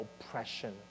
oppression